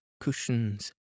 cushions